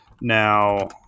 Now